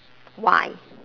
why